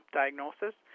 diagnosis